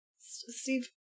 Steve